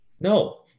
No